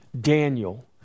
Daniel